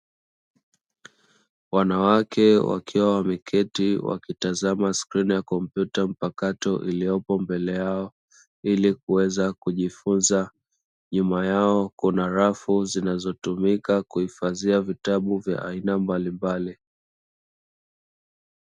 Wanawake wakiwa wameketi wakitazama scrini ya kompyuta mpakato iliyopo mbele yao, ili kuweza kujifunza. Nyuma yao kuna rafu zinazotumia kuhifadhia vitabu vya aina mbalimbali.